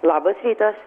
labas rytas